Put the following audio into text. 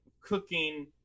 cooking